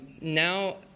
now